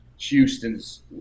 Houston's